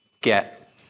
get